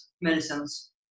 medicines